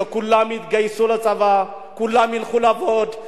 שכולם יתגייסו לצבא, כולם ילכו לעבוד.